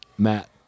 Matt